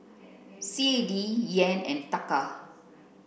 C A D Yen and Taka